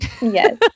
Yes